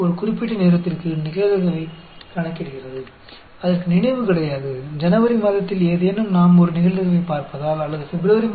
तो यह किसी घटना के घटित होने के लिए किसी विशेष समय के लिए समय की प्रोबेबिलिटी की गणना करता है